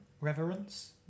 Reverence